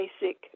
basic